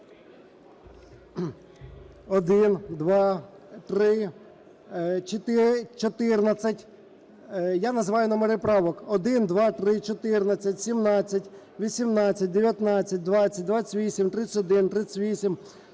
1, 2, 3, 14 – я називаю номери правок – 1, 2, 3, 14, 17, 18, 19, 20, 28, 31, 38,